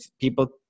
people